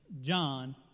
John